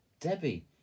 debbie